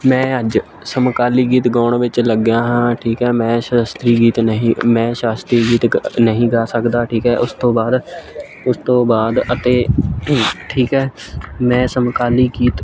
ਮੈਂ ਅੱਜ ਸਮਕਾਲੀ ਗੀਤ ਗਾਉਣ ਵਿੱਚ ਲੱਗਿਆ ਹਾਂ ਠੀਕ ਹੈ ਮੈਂ ਸ਼ਾਸ਼ਤਰੀ ਗੀਤ ਨਹੀਂ ਮੈਂ ਸ਼ਾਸਤੀ ਗੀਤ ਕ ਨਹੀਂ ਗਾ ਸਕਦਾ ਠੀਕ ਹੈ ਉਸ ਤੋਂ ਬਾਅਦ ਉਸ ਤੋਂ ਬਾਅਦ ਅਤੇ ਠੀਕ ਹੈ ਮੈਂ ਸਮਕਾਲੀ ਗੀਤ